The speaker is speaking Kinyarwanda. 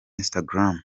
instagram